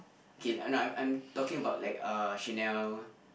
okay no no I'm talking about like uh Chanel